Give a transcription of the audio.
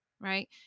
right